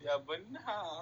ya pernah